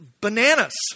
bananas